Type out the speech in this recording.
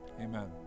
amen